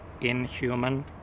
inhuman